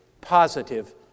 positive